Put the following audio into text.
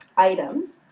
items,